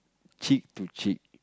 cheek to cheek